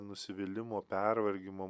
nusivylimo pervargimo